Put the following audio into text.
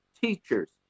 teachers